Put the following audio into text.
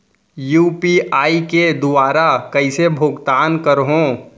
UPI के दुवारा कइसे भुगतान करहों?